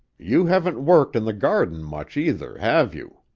you haven't worked in the garden much, either, have you?